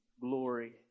glory